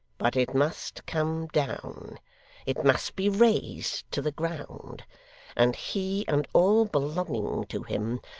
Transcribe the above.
but it must come down it must be razed to the ground and he, and all belonging to him,